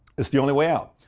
it's the only way out.